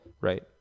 Right